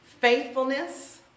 faithfulness